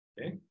Okay